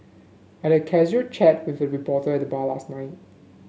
I had a casual chat with a reporter at the bar last night